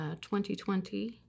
2020